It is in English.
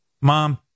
Mom